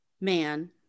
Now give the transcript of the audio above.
man